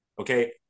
Okay